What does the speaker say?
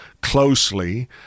closely